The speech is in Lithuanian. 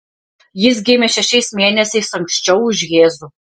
jis gimė šešiais mėnesiais anksčiau už jėzų